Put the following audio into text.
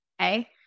okay